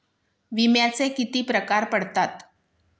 विम्याचे किती प्रकार पडतात?